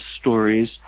stories